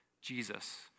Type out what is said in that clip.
Jesus